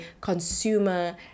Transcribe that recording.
consumer